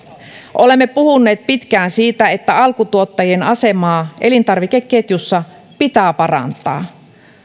olemme puhuneet pitkään siitä että alkutuottajien asemaa elintarvikeketjussa pitää parantaa